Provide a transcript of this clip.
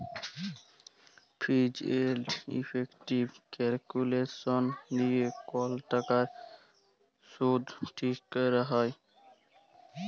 ফিজ এলড ইফেকটিভ ক্যালকুলেসলস দিয়ে কল টাকার শুধট ঠিক ক্যরা হ্যয়